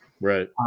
Right